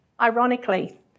Ironically